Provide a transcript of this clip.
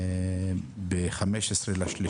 ב-15.3